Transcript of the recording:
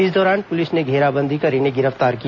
इस दौरान पुलिस ने घेराबंदी कर इन्हें गिरफ्तार किया